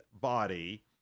body